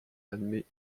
admet